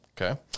Okay